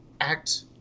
act –